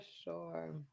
sure